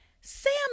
sam